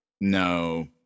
no